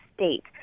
state